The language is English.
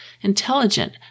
intelligent